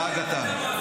רק אתה.